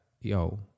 yo